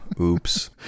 oops